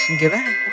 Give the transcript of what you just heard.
Goodbye